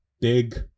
big